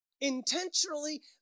intentionally